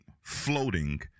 floating